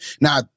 Now